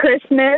Christmas